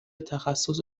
تخصص